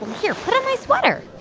here. put on my sweater